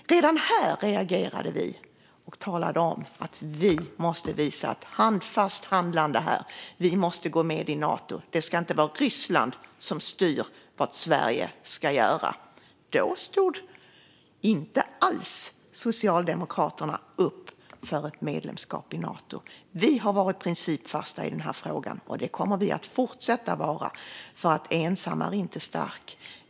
Redan här reagerade vi: Vi talade om att vi måste uppvisa ett handfast handlande och gå med i Nato. Det ska inte vara Ryssland som styr vad Sverige ska göra. Då stod inte Socialdemokraterna alls upp för ett medlemskap i Nato. Vi har varit principfasta i den här frågan, och det kommer vi att fortsätta vara. Ensam är nämligen inte stark.